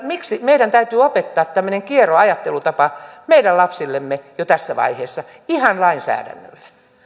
miksi meidän täytyy opettaa tämmöinen kiero ajattelutapa meidän lapsillemme jo tässä vaiheessa ihan lainsäädännöllä